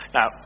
Now